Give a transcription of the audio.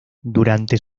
durante